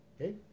Okay